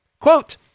Quote